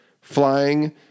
flying